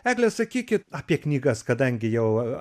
egle sakykit apie knygas kadangi jau